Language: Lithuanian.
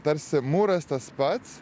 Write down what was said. tarsi mūras tas pats